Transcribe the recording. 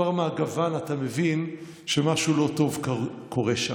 כבר מהגוון אתה מבין שמשהו לא טוב קורה שם.